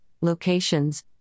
locations